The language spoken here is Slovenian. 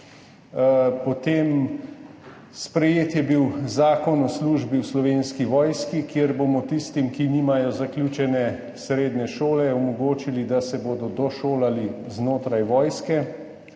bil sprejet Zakon o službi v Slovenski vojski, kjer bomo tistim, ki nimajo zaključene srednje šole, omogočili, da se bodo došolali znotraj Vojske